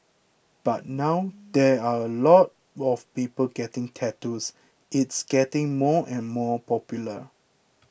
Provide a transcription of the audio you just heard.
but now there are a lot of people getting tattoos it's getting more and more popular